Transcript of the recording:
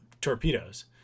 torpedoes